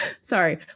Sorry